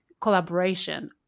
collaboration